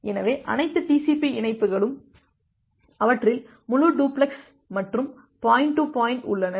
எனவே அனைத்து TCP இணைப்புகளும் அவற்றில் முழு டூப்ளக்ஸ் மற்றும் பாயிண்ட் டு பாயிண்ட் உள்ளன